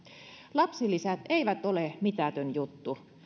lapsilisät eivät ole mitätön juttu